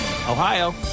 Ohio